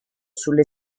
sulle